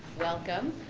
welcome.